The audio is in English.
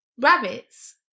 rabbits